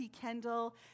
Kendall